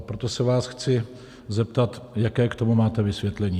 Proto se vás chci zeptat, jaké k tomu máte vysvětlení.